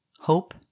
hope